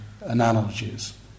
analogies